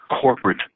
corporate